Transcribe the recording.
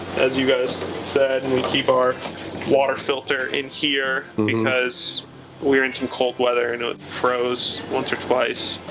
as you guys said and we keep our water filter in here because we're in some cold weather and it froze once or twice,